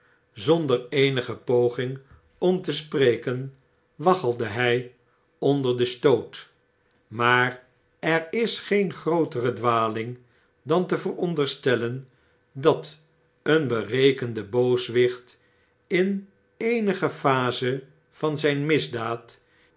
zonder eenige poging om te spreken waggelde hy onder den stoot maar er isgeen grootere dwaling dan te veronderstellen dat een berekende booswicht in eenige phase van zjjn misdaad